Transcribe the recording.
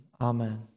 Amen